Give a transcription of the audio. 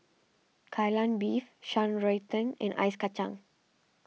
Kai Lan Beef Shan Rui Tang and Ice Kachang